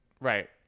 right